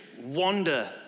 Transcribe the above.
wander